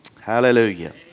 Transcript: Hallelujah